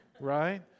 Right